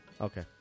Okay